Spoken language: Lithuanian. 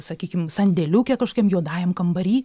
sakykim sandėliuke kažkokiam juodajam kambary